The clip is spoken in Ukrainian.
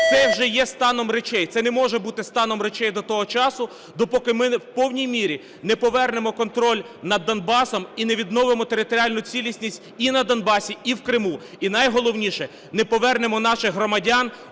це вже є станом речей. Це не може бути станом речей до того часу, допоки ми в повній мірі не повернемо контроль над Донбасом і не відновимо територіальну цілісність і на Донбасі, і в Криму. І найголовніше – не повернемо наших громадян